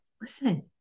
listen